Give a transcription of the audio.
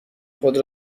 خود